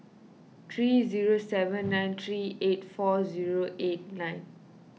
three zero seven nine three eight four zero eight nine